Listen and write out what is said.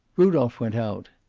rudolph went out.